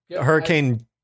Hurricane